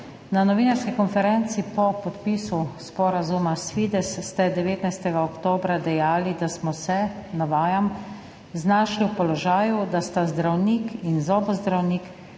Na novinarski konferenci po podpisu sporazuma s Fides ste 19. oktobra dejali, da smo se, navajam, »znašli v položaju, da sta zdravnik in zobozdravnik,